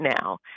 now